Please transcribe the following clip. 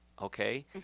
okay